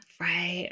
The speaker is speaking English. Right